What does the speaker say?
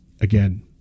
again